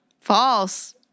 False